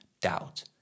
doubt